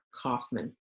Kaufman